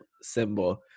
symbol